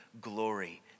glory